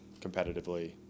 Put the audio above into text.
competitively